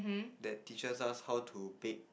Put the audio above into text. that teaches us how to bake